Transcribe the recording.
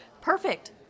perfect